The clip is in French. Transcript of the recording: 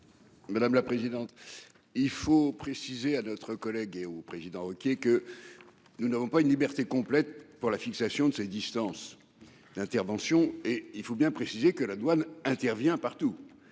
Madame la présidente. Il faut préciser à notre collègue et au président OK que. Nous n'avons pas une liberté complète pour la fixation de ces distances d'intervention et il faut bien préciser que la douane intervient partout.